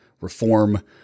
Reform